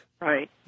Right